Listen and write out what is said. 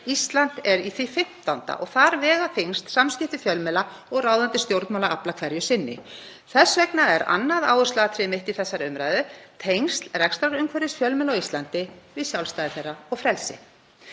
Ísland er í því 15. Þar vega þyngst samskipti fjölmiðla og ráðandi stjórnmálaafla hverju sinni. Þess vegna er annað áhersluatriði mitt í þessari umræðu tengsl rekstrarumhverfis fjölmiðla á Íslandi við sjálfstæði þeirra og frelsi.